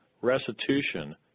restitution